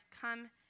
come